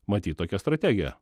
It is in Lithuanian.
matyt tokia strategija